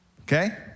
Okay